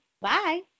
bye